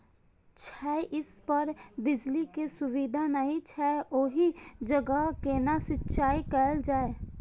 छै इस पर बिजली के सुविधा नहिं छै ओहि जगह केना सिंचाई कायल जाय?